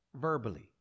verbally